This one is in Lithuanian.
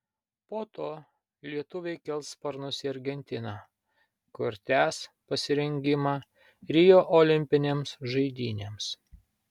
po to lietuviai kels sparnus į argentiną kur tęs pasirengimą rio olimpinėms žaidynėms